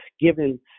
given